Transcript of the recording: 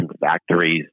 factories